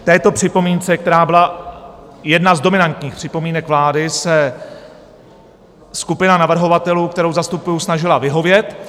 Této připomínce, která byla jedna z dominantních připomínek vlády, se skupina navrhovatelů, kterou zastupuji, snažila vyhovět.